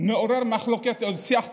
מעורר מחלוקת ושיח ציבורי,